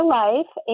life